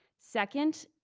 second,